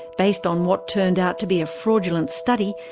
based on what turned out to be a fraudulent study,